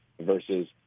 versus